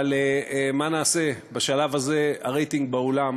אבל מה נעשה, בשלב הזה הרייטינג באולם